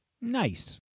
Nice